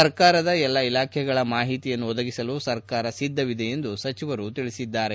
ಸರಕಾರದ ಎಲ್ಲ ಇಲಾಖೆಗಳ ಮಾಹಿತಿಯನ್ನು ಒದಗಿಸಲು ಸರಕಾರ ಸಿದ್ದವಿದೆ ಎಂದು ಸಚಿವರು ತಿಳಿಸಿದರು